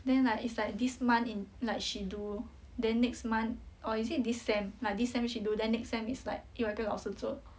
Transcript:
then like it's like this month in like she do then next month or is it this sem like this sem she do then next sem it's like 另外一个老师做